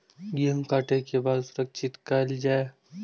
गेहूँ के काटे के बाद सुरक्षित कायल जाय?